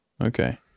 Okay